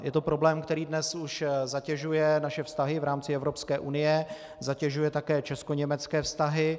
Je to problém, který dnes už zatěžuje naše vztahy v rámci Evropské unie, zatěžuje také českoněmecké vztahy.